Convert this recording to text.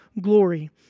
glory